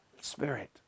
spirit